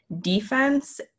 defense